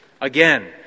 again